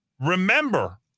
remember